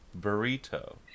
Burrito